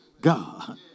God